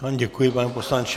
Já vám děkuji, pane poslanče.